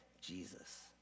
Jesus